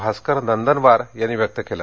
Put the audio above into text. भास्कर नंदनवार यांनी व्यक्त केलं